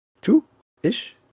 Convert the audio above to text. two-ish